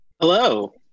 Hello